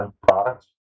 products